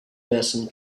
person